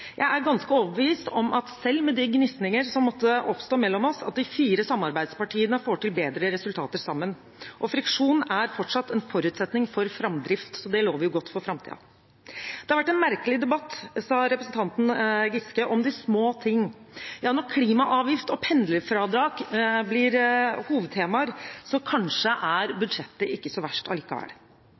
Jeg er ganske overbevist om at selv med de gnisninger som måtte oppstå mellom oss, får de fire samarbeidspartiene til bedre resultater sammen. Friksjon er fortsatt en forutsetning for framdrift, så det lover godt for framtiden. Det har vært en merkelig debatt, sa representanten Giske, om de små ting. Ja, når klimaavgift og pendlerfradrag blir hovedtemaer, er kanskje ikke budsjettet så